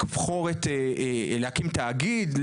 להקים תאגיד,